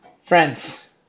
friends